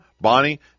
Bonnie